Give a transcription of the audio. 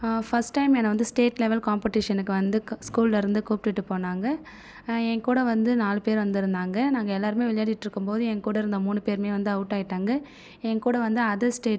first time என்னை வந்து state level காம்படிஷன்க்கு வந்து ஸ்கூலில் இருந்து கூப்டுட்டு போனாங்க என்கூட வந்து நாலு பேர் வந்திருந்தாங்க நாங்கள் எல்லோருமே விளையாடிட்டுருக்கும் போது என் கூட இருந்த மூணு பேரும் வந்து அவுட் ஆயிட்டாங்க என்கூட வந்து அதர் ஸ்டேட்